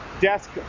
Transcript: desk